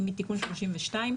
היא מתיקון 32,